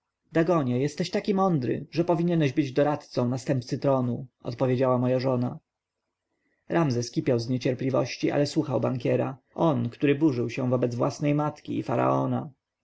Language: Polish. dagonie jesteś tak mądry że powinieneś być doradcą następcy tronu odpowiedziała moja żona ramzes kipiał z niecierpliwości ale słuchał bankiera on który burzył się wobec własnej matki i faraona